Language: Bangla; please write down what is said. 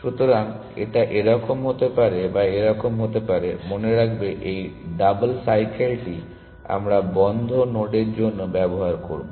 সুতরাং এটা এরকম হতে পারে বা এরকম হতে পারে মনে রাখবে এই ডাবল সাইকেলটি আমরা বন্ধ নোডের জন্য ব্যবহার করব